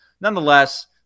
Nonetheless